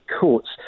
courts